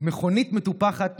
מכונית מטופחת,